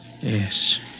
Yes